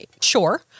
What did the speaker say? sure